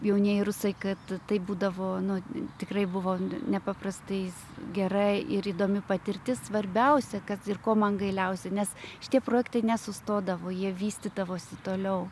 jaunieji rusai kad taip būdavo nu tikrai buvo nepaprastai gera ir įdomi patirtis svarbiausia kad ir ko man gailiausia nes šitie projektai nesustodavo jie vystydavosi toliau